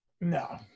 No